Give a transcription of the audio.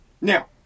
Now